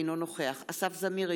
אינו נוכח אסף זמיר,